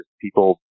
people